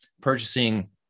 purchasing